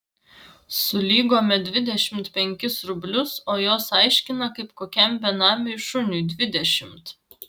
sulygome dvidešimt penkis rublius o jos aiškina kaip kokiam benamiui šuniui dvidešimt